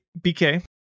BK